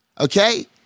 okay